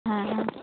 ହଁ ହଁ